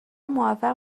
موفق